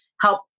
help